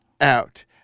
out